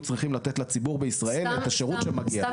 צריכים לתת לציבור בישראל את השירות שמגיע לו.